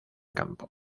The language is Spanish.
campo